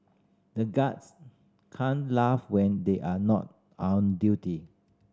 the guards can't laugh when they are not on duty